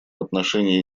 отношении